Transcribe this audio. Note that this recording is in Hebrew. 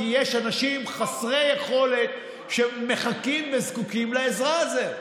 כי יש אנשים חסרי יכולת שמחכים וזקוקים לעזרה הזאת.